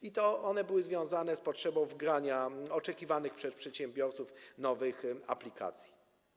Były one związane z potrzebą wgrania oczekiwanych przez przedsiębiorców nowych aplikacji.